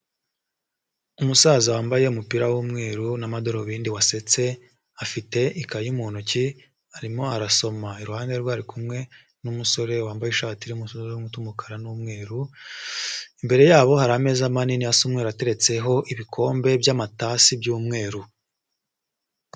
Umusaza wambaye umupira w'umweru n'amadarubindi wasetse, afite ikayi mu ntoki arimo arasoma, iruhande ari kumwe n'umusore wambaye ishati irimo utudomo tw'umukara n'umweru. Imbere yabo hari ameza manini asa Umweru ateretseho ibikombe by'amatasi by'umweru.